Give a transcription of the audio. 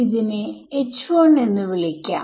ഇവിടെ ഡിനോമിനേറ്റർ എന്തായിരിക്കും